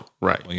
Right